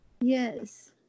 yes